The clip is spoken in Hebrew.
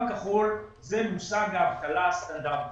הקו הכחול, זה מושג האבטלה הסטנדרטית.